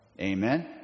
Amen